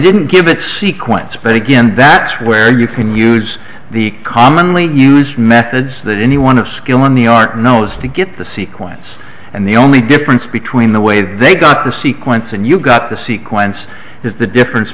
didn't give it she quotes but again that's where you can use the commonly used methods that any one of skill in the art knows to get the sequence and the only difference between the way they got the sequence and you got the sequence is the difference